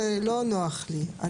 זה לא נוח לי.